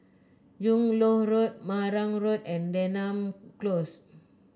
Yung Loh Road Marang Road and Denham Close